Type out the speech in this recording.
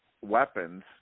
weapons